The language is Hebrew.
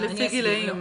אני אסביר.